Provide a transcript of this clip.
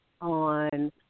on